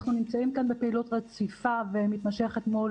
אנחנו נמצאים כאן בפעילות רציפה ומתמשכת מול